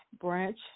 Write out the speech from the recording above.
branch